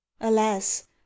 alas